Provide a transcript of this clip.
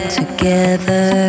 together